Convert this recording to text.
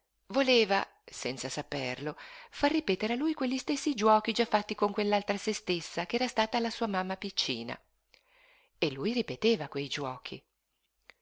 voleva senza saperlo far ripetere a lui quegli stessi giuochi già fatti con quell'altra se stessa ch'era stata la sua mamma piccina e lui ripeteva quei giuochi